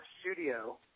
studio